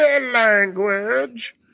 language